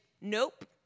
Nope